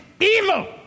evil